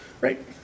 Right